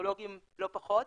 וטכנולוגים לא פחות,